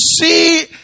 see